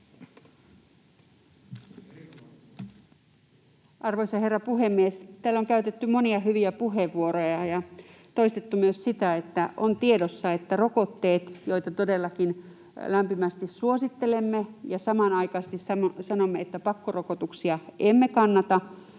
Arvoisa herra puhemies! Täällä on käytetty monia hyviä puheenvuoroja ja toistettu myös sitä, että on tiedossa, että rokotteet, joita todellakin lämpimästi suosittelemme — ja samanaikaisesti sanomme, että pakkorokotuksia emme kannata,